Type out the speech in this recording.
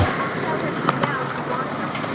i'll sell her to you now, if you want her,